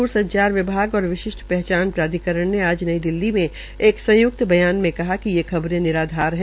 दूरसंचार विभाग और विशिष्ट पहचान प्राधिकरण ने आज नई दिल्ली में संयुक्त बयान में कहा कि ये खबरे निराधार है